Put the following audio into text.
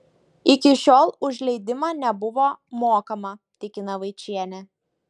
iki šiol už leidimą nebuvo mokama tikina vaičienė